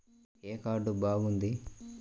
ఏ card బాగుంది?